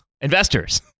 investors